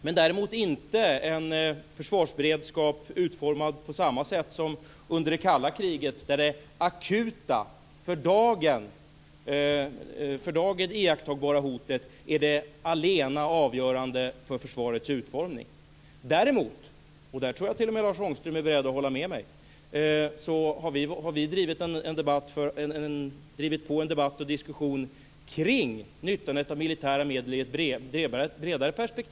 Men det är inte en försvarsberedskap utformad på samma sätt som under det kalla kriget, där det akuta och för dagen iakttagbara hotet var det allena avgörande för försvarets utformning. Däremot har vi drivit på en debatt och diskussion kring nyttjande av militära medel i ett bredare perspektiv - i det här fallet tror jag t.o.m. att Lars Ångström är beredd att hålla med mig.